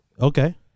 Okay